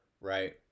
right